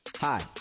Hi